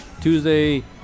Tuesday